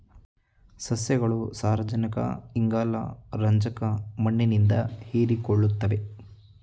ಸಸ್ಯಗಳು ಸಾರಜನಕ ಇಂಗಾಲ ರಂಜಕ ಮಣ್ಣಿನಿಂದ ಹೀರಿಕೊಳ್ಳುತ್ತವೆ